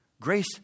Grace